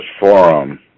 forum